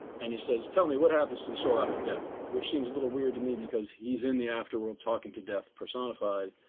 and he says, tell me, what happens to the soul after death? which seems a little weird to me because he's in the afterworld talking to death personified.